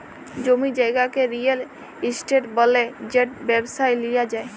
জমি জায়গাকে real estate ব্যলে যেট ব্যবসায় লিয়া যায়